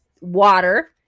water